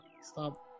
Stop